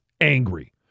angry